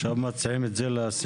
עכשיו מציעים את זה לסיעודיים?